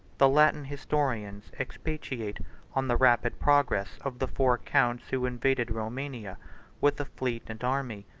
the latin historians expatiate on the rapid progress of the four counts who invaded romania with a fleet and army,